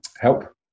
help